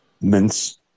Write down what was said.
mince